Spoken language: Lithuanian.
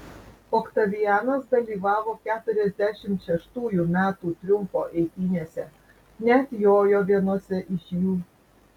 oktavianas dalyvavo keturiasdešimt šeštųjų metų triumfo eitynėse net jojo vienose iš jų